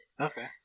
Okay